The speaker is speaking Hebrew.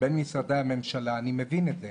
בין משרדי הממשלה, אני מבין את זה.